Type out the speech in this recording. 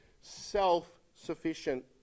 self-sufficient